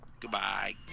Goodbye